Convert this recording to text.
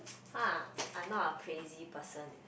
!huh! I'm not a crazy person eh